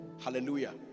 Hallelujah